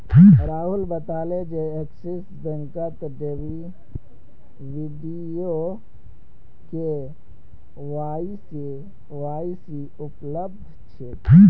राहुल बताले जे एक्सिस बैंकत वीडियो के.वाई.सी उपलब्ध छेक